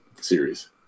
series